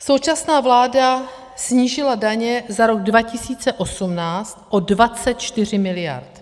Současná vláda snížila daně za rok 2018 o 24 miliard.